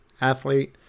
athlete